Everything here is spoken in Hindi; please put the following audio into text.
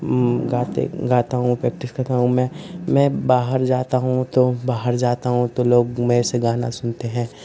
गाते गाता हूँ प्रैक्टिस करता हूँ मैं बाहर जाता हूँ बाहर जाता हूँ तो लोग मुझसे गाना सुनते हैं